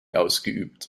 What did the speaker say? ausgeübt